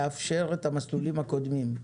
לאפשר את המסלולים הקודמים.